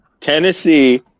Tennessee